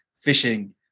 fishing